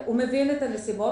הוא מבין את הנסיבות,